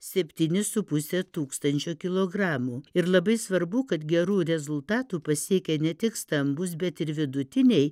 septyni su puse tūkstančio kilogramų ir labai svarbu kad gerų rezultatų pasiekia ne tik stambūs bet ir vidutiniai